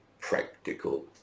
practical